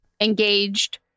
engaged